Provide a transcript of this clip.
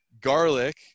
garlic